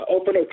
open